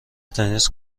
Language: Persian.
تنیس